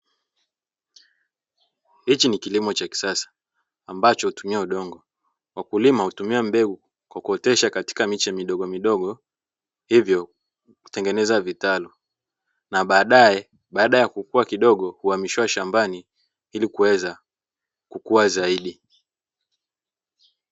Hichi ni kilimo cha kisasa ambacho hutumia udongo. Wakulima hutumia mbegu kwa kuotesha katika miche midogomidogo, hivyo kutengeneza vitalu na baadaye baada ya kukua kidogo kuhamishwa shambani ili kuweza kukua zaidi.